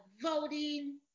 voting